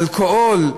אלכוהול.